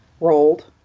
rolled